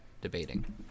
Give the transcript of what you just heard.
debating